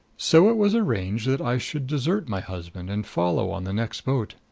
so it was arranged that i should desert my husband and follow on the next boat.